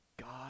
God